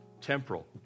temporal